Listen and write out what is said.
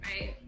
right